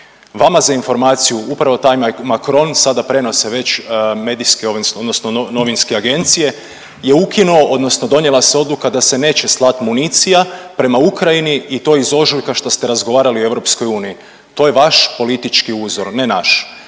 Vama za informaciju upravo taj Macron, sada prenose već medijske odnosno novinske agencije, je ukinuo odnosno donijela se odluka da se neće slat municija prema Ukrajini i to iz ožujka što ste razgovarali u EU, to je vaš politički uzor, ne naš.